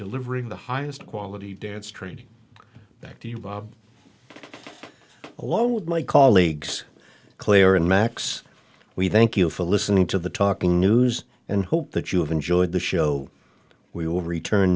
delivering the highest quality dance training back to you bob along with my colleagues claire and max we thank you for listening to the talking news and hope that you have enjoyed the show we over return